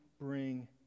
bring